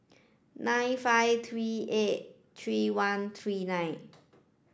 nine five three eight three one three nine